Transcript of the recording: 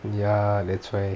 ya that's why